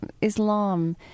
Islam